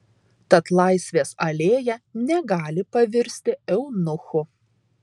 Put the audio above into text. tad laisvės alėja negali pavirsti eunuchu